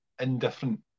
indifferent